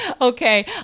okay